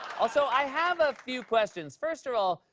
also, i have a few questions. first of all,